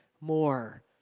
more